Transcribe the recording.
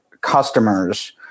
customers